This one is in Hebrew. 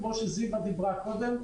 כמו שזיוה דיברה קודם,